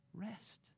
rest